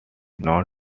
not